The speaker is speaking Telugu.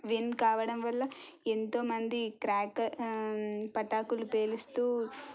విన్ కావడం వల్ల ఎంతో మంది క్రాక్ పటాకులు పేలుస్తూ